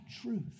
truth